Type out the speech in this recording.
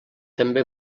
també